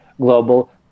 global